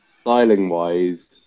styling-wise